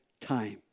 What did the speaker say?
time